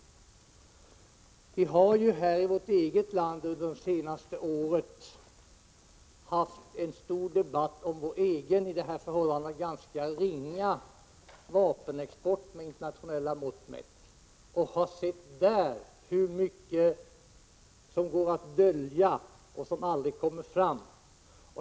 Vi har ju här i vårt eget land under det senaste året haft en stor debatt om vår egen med internationella mått mätt ganska ringa vapenexport, och har sett hur mycket som går att dölja och som aldrig kommer fram.